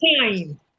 time